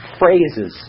phrases